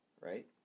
right